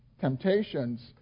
temptations